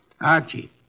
Archie